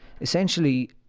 essentially